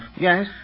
Yes